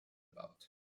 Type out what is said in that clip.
about